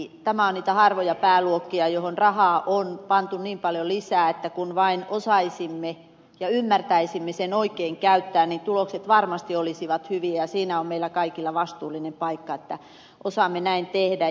tämä on niitä harvoja pääluokkia joihin rahaa on pantu niin paljon lisää että kun vain osaisimme ja ymmärtäisimme sen oikein käyttää niin tulokset varmasti olisivat hyviä ja siinä on meillä kaikilla vastuullinen paikka että osaamme näin tehdä